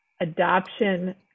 adoption